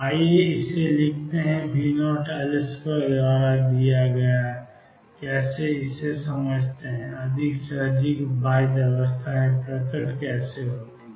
आइए इसे लिखते हैं V0L2 द्वारा दिया गया अधिक से अधिक बाध्य अवस्थाएँ प्रकट होती हैं